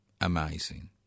amazing